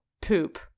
poop